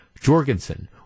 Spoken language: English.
Jorgensen